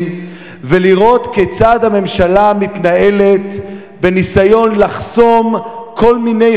ולראות כיצד הממשלה מתנהלת בניסיון לחסום כל מיני